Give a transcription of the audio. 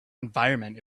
environment